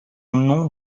nom